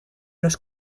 los